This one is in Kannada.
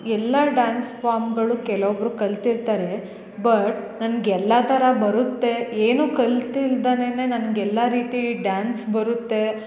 ಎಲ್ಲ ಡಾನ್ಸ್ ಫಾಮ್ಗಳು ಕೆಲೊಬ್ಬರು ಕಲ್ತಿರ್ತಾರೆ ಬಟ್ ನನ್ಗೆ ಎಲ್ಲ ಥರ ಬರುತ್ತೆ ಏನು ಕಲ್ತಿಲ್ದನೆ ನನ್ಗೆ ಎಲ್ಲಾ ರೀತಿ ಡಾನ್ಸ್ ಬರುತ್ತೆ